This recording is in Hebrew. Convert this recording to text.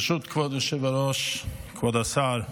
ברשות כבוד היושב-ראש, כבוד השר,